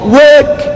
work